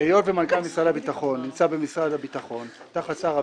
היות ומנכ"ל משרד הביטחון נמצא במשרד הביטחון תחת שר הביטחון,